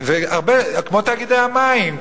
כמו תאגידי מים,